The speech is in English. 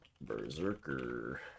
Berserker